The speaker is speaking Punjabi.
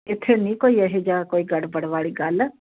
ਇੱਥੇ ਨਹੀਂ ਕੋਈ ਇਹੋ ਜਿਹਾ ਕੋਈ ਗੜਬੜ ਵਾਲੀ ਗੱਲ